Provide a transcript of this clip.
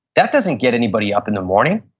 that doesn't get anybody up in the morning.